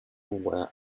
wear